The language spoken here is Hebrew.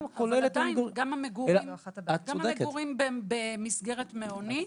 גם המגורים במסגרת מעונית,